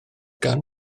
gan